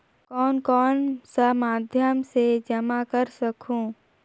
कौन कौन सा माध्यम से जमा कर सखहू?